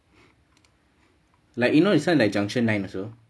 like you know this [one] like junction nine also